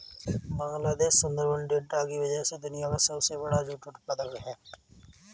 Sundarban delta की वजह से बांग्लादेश दुनिया का सबसे बड़ा जूट उत्पादक है